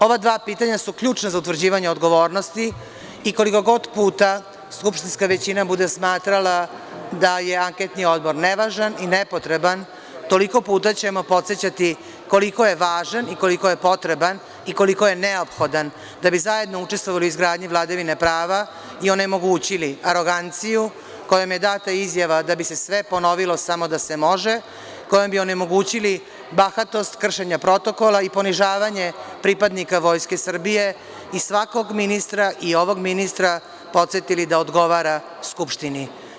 Ova dva pitanja su ključna za utvrđivanje odgovornosti i koliko god puta skupštinska većina bude smatrala da je anketni odbor nevažan i nepotreban, toliko puta ćemo podsećati koliko je važan i koliko je potreban i koliko je neophodan da bi zajedno učestvovali u izgradnji vladavine prava i onemogućili aroganciju kojom je data izjava da bi se sve ponovilo, samo da se može, kojom bi onemogućili bahatost kršenja protokola i ponižavanje pripadnika Vojske Srbije i svakog ministra, i ovog ministra podsetili da odgovara Skupštini.